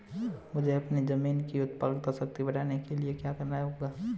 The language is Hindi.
मुझे अपनी ज़मीन की उत्पादन शक्ति बढ़ाने के लिए क्या करना होगा?